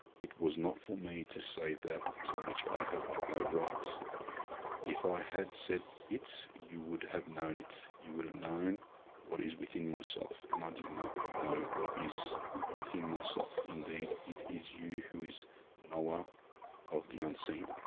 it was not for me to say that to which i haven't no rights if i had said it you would have known it you would have known what is within myself and i do not know what is within myself indeed it is you who is knower of the unseen?